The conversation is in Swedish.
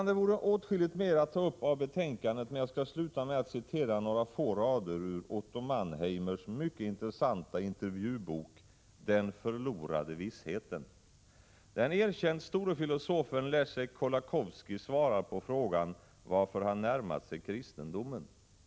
Det vore åtskilligt mer att ta upp av det som står i betänkandet, men jag skall sluta med att återge några få rader ur Otto Mannheimers mycket intressanta intervjubok Den förlorade vissheten. Den erkänt store filosofen Leszek Kolakowski får där frågan varför han närmat sig kristendomen.